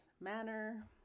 manner